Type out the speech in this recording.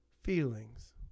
feelings